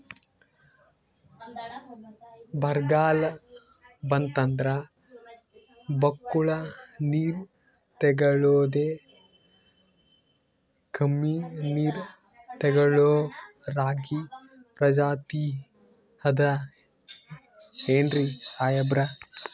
ಬರ್ಗಾಲ್ ಬಂತಂದ್ರ ಬಕ್ಕುಳ ನೀರ್ ತೆಗಳೋದೆ, ಕಮ್ಮಿ ನೀರ್ ತೆಗಳೋ ರಾಗಿ ಪ್ರಜಾತಿ ಆದ್ ಏನ್ರಿ ಸಾಹೇಬ್ರ?